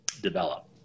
develop